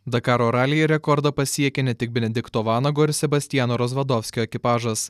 dakaro ralyje rekordą pasiekė ne tik benedikto vanago ir sebastiano rozvadovskio ekipažas